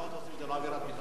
זו לא עבירת ביטחון?